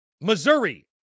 Missouri